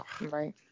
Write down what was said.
right